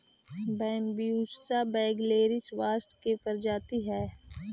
Bambusa vulgaris बाँस के प्रजाति हइ